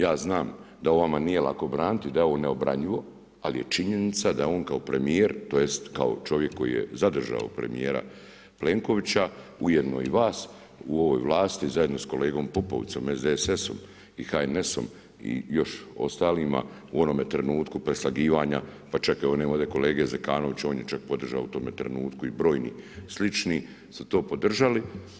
Ja znam da ovo vama nije lako braniti i da je ovo neobranjivo ali je činjenica da on kao premijer, tj. kao čovjek koji je zadržao premijera Plenkovića ujedno i vas u ovoj vlasti zajedno sa kolegom Pupovcem, SDSS-om i HNS-om i još ostalima u onome trenutku preslagivanja pa čak i evo nema ovdje kolega Zekanovića on je čak podržao u tom trenutku i brojni slični su to podržali.